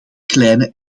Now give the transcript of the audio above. kleine